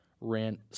ran